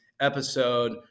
episode